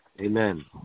Amen